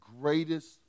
greatest